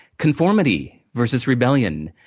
conformity versus rebellion.